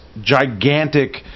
gigantic